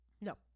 No